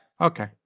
okay